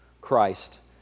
Christ